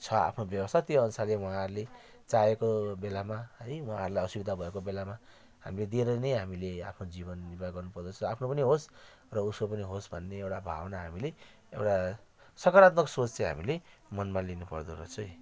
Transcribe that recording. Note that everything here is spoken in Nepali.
छ आफ्नो व्यवस्था त्यो अनुसारै उहाँहरूले चाहेको बेलामा है उहाँहरूलाई असुविधा भएको बेलामा हामीले दिएरै नै हामीले आफ्नो जीवन निर्वाह गर्नुपर्दछ आफ्नो पनि होस् र उसको पनि होस् भन्ने एउटा भावना हामीले एउटा सकारात्मक सोच चाहिँ हामीले मनमा लिनुपर्दो रहेछ है